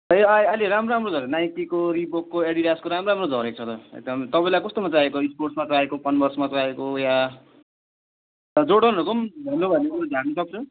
ए अहि अहिले राम्रो राम्रो छ नाइकीको रिबोर्कको एडिडासको राम्रो राम्रो झरेको छ त एकदम तपाईँलाई कस्तोमा चाहिएको स्पोर्टसमा चाहिएको कन्भर्समा चाहिएको या जोर्डनहरूको पनि भन्नुभयो भने म झार्नसक्छु